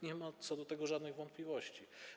Nie ma co do tego żadnych wątpliwości.